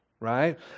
Right